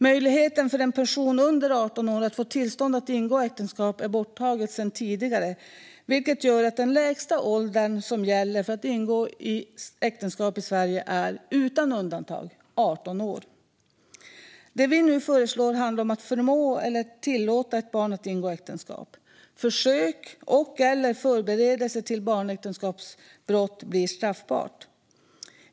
Möjligheten för en person under 18 år att få tillstånd att ingå äktenskap är borttagen sedan tidigare, vilket gör att den lägsta åldern som gäller för att ingå äktenskap i Sverige utan undantag är 18 år. Det vi nu föreslår handlar om att förmå eller tillåta ett barn att ingå äktenskap. Försök och/eller förberedelse till barnäktenskapsbrott blir straffbart.